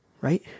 right